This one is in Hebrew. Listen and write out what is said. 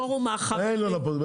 אין לא לפרוטוקול.